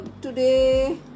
Today